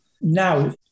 Now